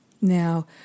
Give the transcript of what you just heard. Now